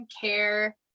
care